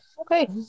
okay